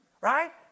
right